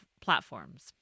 platforms